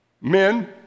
Men